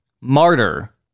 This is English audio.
martyr